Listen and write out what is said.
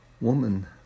Woman